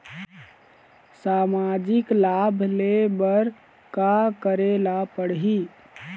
सामाजिक लाभ ले बर का करे ला पड़ही?